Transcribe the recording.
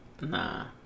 Nah